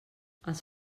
els